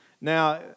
Now